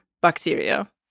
bacteria